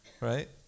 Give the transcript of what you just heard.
Right